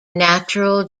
natural